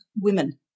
women